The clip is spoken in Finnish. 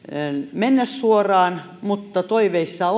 mennä suoraan mutta toiveissa